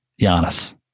Giannis